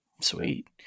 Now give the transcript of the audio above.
sweet